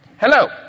Hello